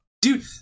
Dude